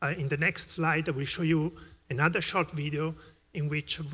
ah in the next slide we show you another shot video in which